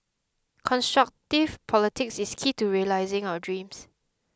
constructive politics is key to realising our dreams